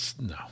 no